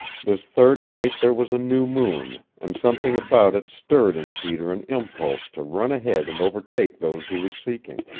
this third night there was a new moon, and something about it stirred in peter an impulse to run ahead and overtake those he was seeking.